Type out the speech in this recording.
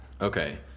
okay